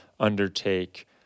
undertake